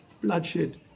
Bloodshed